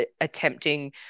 attempting